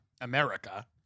America